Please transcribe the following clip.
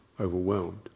overwhelmed